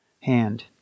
hand